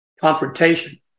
confrontation